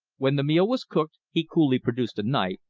when the meal was cooked, he coolly produced a knife,